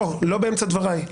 לא, לא באמצע דבריי.